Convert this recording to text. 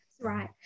Right